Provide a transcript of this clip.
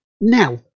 Now